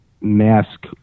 mask